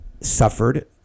suffered